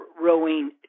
rowing